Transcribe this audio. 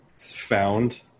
found